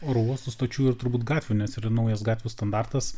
oro uostų stočių ir turbūt gatvių nes yra naujus gatvių standartus